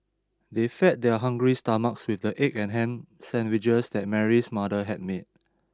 they fed their hungry stomachs with the egg and ham sandwiches that Mary's mother had made